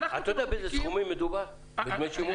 אתה יודע באיזה סכומים מדובר לדמי שימוש?